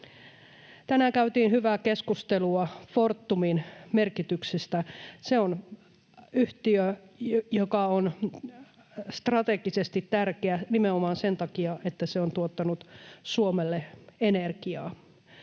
Tänään käytiin hyvää keskustelua Fortumin merkityksestä. Se on yhtiö, joka on strategisesti tärkeä nimenomaan sen takia, että se on tuottanut Suomelle energiaa.